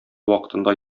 вакытында